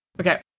Okay